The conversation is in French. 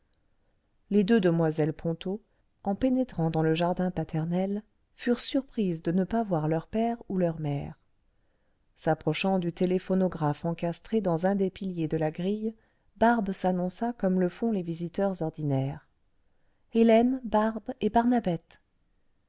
les deux demoiselles ponto en pénétrant dans le jardin paternel furent le vingtième siècle surprises de ne pas voir leur père ou leur mère s'approchant du téléphonographe encastré dans un des piliers de la grille barbe s'annonça comme le font les visiteurs ordinaires hélène barbe et